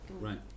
Right